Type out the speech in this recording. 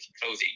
clothing